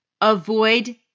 Avoid